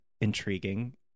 intriguing